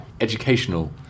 educational